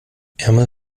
ärmel